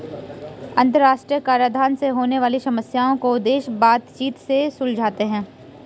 अंतरराष्ट्रीय कराधान से होने वाली समस्याओं को देश बातचीत से सुलझाते हैं